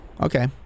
Okay